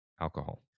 alcohol